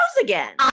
again